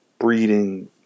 breeding